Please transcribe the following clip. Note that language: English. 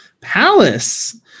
Palace